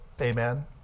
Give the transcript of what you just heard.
amen